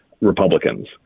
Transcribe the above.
Republicans